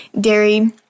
Dairy